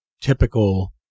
typical